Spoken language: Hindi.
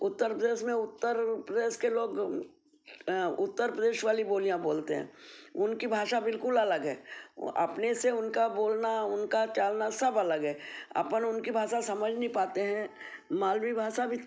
उत्तर प्रदेश में उत्तर प्रदेश के लोग उत्तर प्रदेश वाली बोलियाँ बोलते हैं उनकी भाषा बिल्कुल अलग है ओ अपने से उनका बोलना उनका चालना सब अलग है अपन उनकी भाषा समझ नहीं पाते हैं मालवी भाषा भी